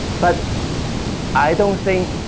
but i don't think